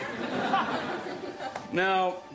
Now